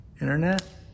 internet